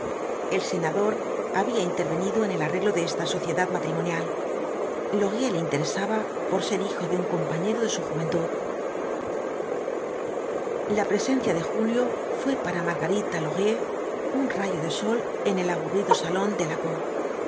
el senador había intervenido en el arreglo de esta sociedad matrimonial laurier le interesaba por ser hijo de un compañero de su juventud la presencia de julio fué para margarita laurier un rayo de sol en el aburrido salón de